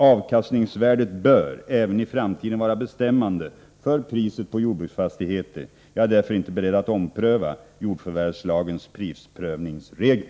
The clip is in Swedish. Avkastningsvärdet bör även i framtiden vara bestämmande för priset på jordbruksfastigheter. Jag är därför inte beredd att ompröva jordförvärvslagens prisprövningsregel.